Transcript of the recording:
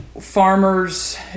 farmers